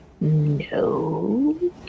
no